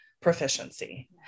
proficiency